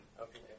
okay